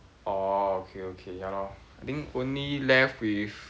orh okay okay ya lor I think only left with